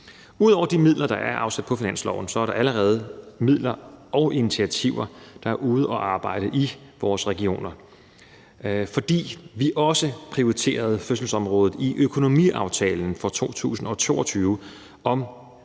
Ud over de midler, der er afsat på finansloven, er der allerede midler og initiativer ude at arbejde i vores regioner, fordi vi også prioriterede fødselsområdet i økonomiaftalen for 2022 om